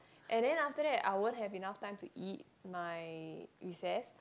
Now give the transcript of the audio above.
and then after that I won't have enough time to eat my recess